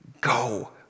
go